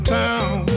town